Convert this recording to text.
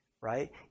right